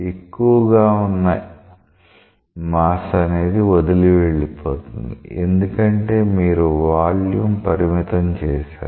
ఎక్కువగా ఉన్న మాస్ అనేది వదిలి వెళ్ళిపోతుంది ఎందుకంటే మీరు వాల్యూమ్ పరిమితం చేశారు